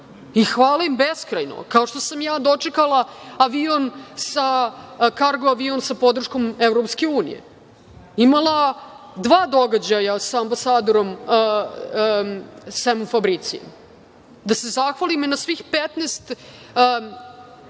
i hvala im beskrajno. Kao što sam ja dočekala avion, kargo avion sa podrškom EU. Imala dva događaja sa ambasadorom Sem Fabricijem, da se zahvalim na svih